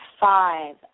five